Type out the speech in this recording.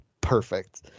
perfect